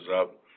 up